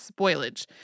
spoilage